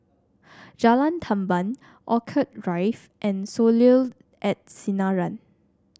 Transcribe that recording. Jalan Tamban Orchid Rife and Soleil at Sinaran